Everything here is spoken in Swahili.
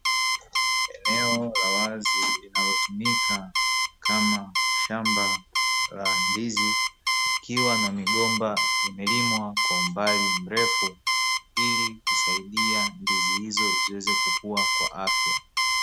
Eneo la wazi linalotumika kama shamba la ndizi likiwa na migomba imelimwa kwa umbali mrefu, ili kusaidia ndizi hizo ziweze kukua kwa afya.